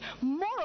more